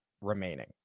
remaining